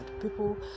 People